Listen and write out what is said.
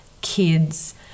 kids